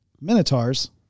minotaurs